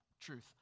Truth